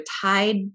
tied